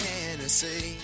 Tennessee